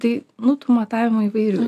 tai nu tų matavimų įvairių